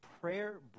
prayer